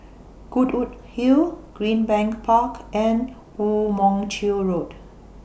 Goodwood Hill Greenbank Park and Woo Mon Chew Road